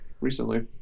recently